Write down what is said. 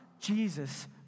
Jesus